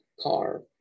car